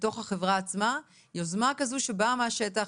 בתוך החברה עצמה, יוזמה כזו שבאה מהשטח.